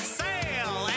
sail